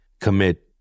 commit